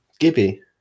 Gibby